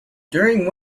during